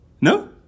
No